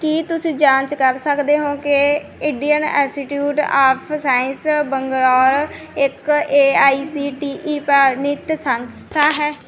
ਕੀ ਤੁਸੀਂ ਜਾਂਚ ਕਰ ਸਕਦੇ ਹੋ ਕਿ Indian Institute of Science Bangalore ਇੱਕ A I C T E ਪ੍ਰਵਾਨਿਤ ਸੰਸਥਾ ਹੈ